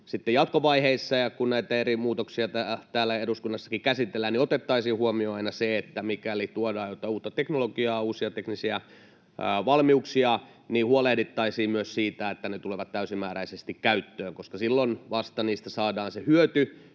jatkovaiheissa ja silloin, kun näitä eri muutoksia täällä eduskunnassakin käsitellään, otettaisiin huomioon aina se, että mikäli tuodaan jotain uutta teknologiaa, uusia teknisiä valmiuksia, niin huolehdittaisiin myös siitä, että ne tulevat täysimääräisesti käyttöön, koska vasta silloin niistä saadaan se hyöty,